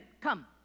come